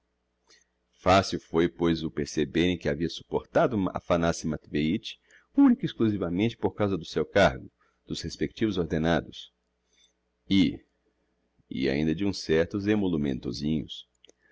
facil foi pois o perceberem que havia supportado aphanassi matveich unica e exclusivamente por causa do seu cargo dos respectivos ordenados e e ainda de uns certos